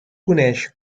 coneix